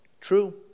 True